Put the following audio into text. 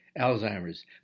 Alzheimer's